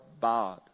bad